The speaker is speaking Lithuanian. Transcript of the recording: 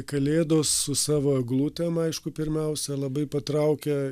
kalėdos su savo eglutėm aišku pirmiausia labai patraukia